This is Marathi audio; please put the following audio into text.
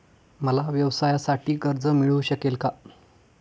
मला व्यवसायासाठी कर्ज मिळू शकेल का?